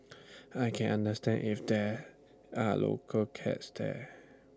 I can understand if there are local cats there